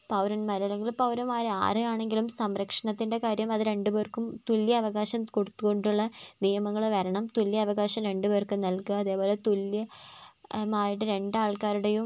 പൗരന്മാർ അല്ലെങ്കിൽ പൗരന്മാർ ആരെ വേണമെങ്കിലും സംരക്ഷണത്തിൻ്റെ കാര്യം അത് രണ്ട് പേർക്കും തുല്യ അവകാശം കൊടുത്ത് കൊണ്ടുള്ള നിയമങ്ങൾ വരണം തുല്യ അവകാശം രണ്ട് പേർക്കും നൽകുക അതുപോലെ തുല്യമായിട്ട് രണ്ട് ആൾക്കാരുടെയും